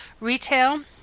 Retail